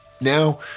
Now